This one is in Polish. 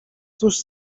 cóż